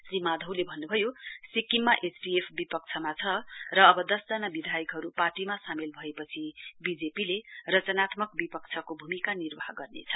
श्री माधवले भन्नभयो सिक्किममा एसडिएफ विपक्षमा र अव दसजना विधायकहरु पार्टीमा सामेल भएपछि वीजेपीले अब रचनात्मक विपक्षको भूमिका निर्वाह गर्नेछ